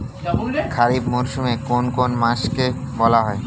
খারিফ মরশুম কোন কোন মাসকে বলা হয়?